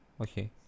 Okay